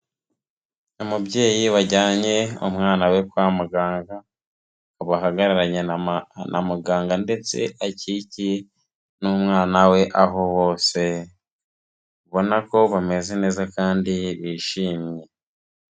Umubyeyi wajyanye umwana we kwa muganga, bahagararanye na muganga ndetse akikiye n'umwana we, aho bose ubona ko bameze neza kandi bishimye.